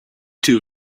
too